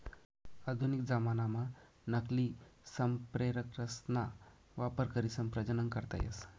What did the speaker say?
आधुनिक जमानाम्हा नकली संप्रेरकसना वापर करीसन प्रजनन करता येस